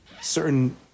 certain